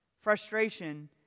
frustration